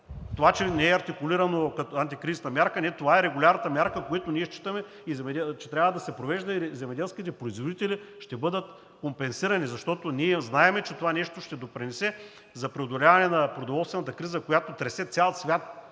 Това, че не е артикулирано като антикризисна мярка – не, това е регулярната мярка, която ние считаме, че трябва да се провежда и земеделските стопани ще бъдат компенсирани, защото ние знаем, че това нещо ще допринесе за преодоляване на продоволствената криза, която тресе цял свят.